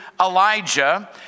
Elijah